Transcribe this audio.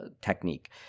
technique